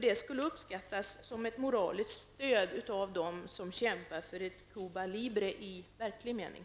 Det skulle uppfattas som ett moraliskt stöd och uppskattas av dem som kämpar för ett Cuba Libre i verklig mening.